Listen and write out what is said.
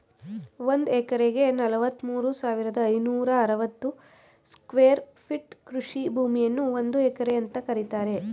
ಒಂದ್ ಎಕರೆಗೆ ನಲವತ್ಮೂರು ಸಾವಿರದ ಐನೂರ ಅರವತ್ತು ಸ್ಕ್ವೇರ್ ಫೀಟ್ ಕೃಷಿ ಭೂಮಿಯನ್ನು ಒಂದು ಎಕರೆ ಅಂತ ಕರೀತಾರೆ